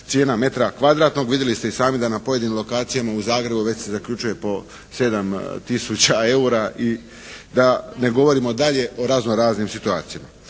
cijena metra kvadratnog. Vidjeli ste i sami da na pojedinim lokacijama u Zagrebu već se zaključuje po 7 tisuća eura i da ne govorimo dalje o razno raznim situacijama.